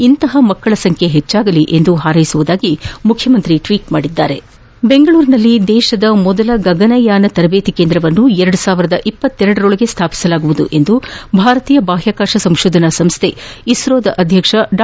ಇಂತಹ ಮಕ್ಕಳ ಸಂಖ್ಯೆ ಹೆಚ್ಚಲಿ ಎಂದು ಹಾರೈಸುವುದಾಗಿ ಮುಖ್ಯಮಂತ್ರಿ ಟ್ವೀಟ್ ಮಾಡಿದ್ದಾರೆ ಬೆಂಗಳೂರಿನಲ್ಲಿ ಭಾರತದ ಮೊದಲ ಗಗನಯಾನ ತರಬೇತಿ ಕೇಂದ್ರವನ್ನು ಸ್ಥಾಪಿಸಲಾಗುವುದೆಂದು ಭಾರತೀಯ ಬಾಹ್ಯಾಕಾಶ ಸಂಶೋಧನಾ ಸಂಸ್ಥೆ ಇಸ್ರೋದ ಅಧ್ಯಕ್ಷ ಡಾ